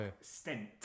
Stent